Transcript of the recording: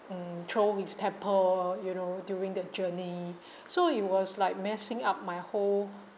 mm throw his temper you know during that journey so he was like messing up my whole